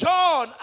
John